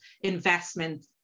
investment